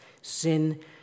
Sin